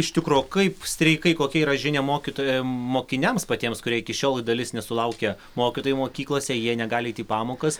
iš tikro kaip streikai kokia yra žinia mokytojam mokiniams patiems kurie iki šiol dalis nesulaukia mokytojai mokyklose jie negali eit į pamokas